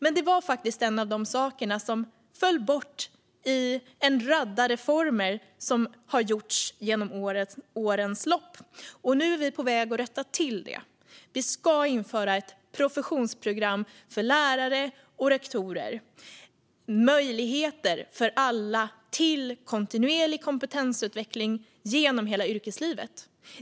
Men det var faktiskt en av de saker som föll bort i en radda reformer som har gjorts under årens lopp. Nu är vi på väg att rätta till det. Vi ska införa ett professionsprogram för lärare och rektorer med möjligheter för alla till kontinuerlig kompetensutveckling genom hela yrkeslivet.